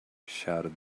shouted